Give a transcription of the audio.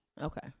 Okay